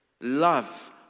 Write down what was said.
Love